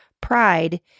Pride